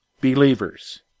believers